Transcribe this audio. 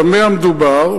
במה מדובר?